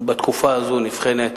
שבתקופה הזאת נבחנת